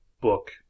book